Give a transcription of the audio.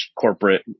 corporate